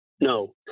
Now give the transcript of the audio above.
No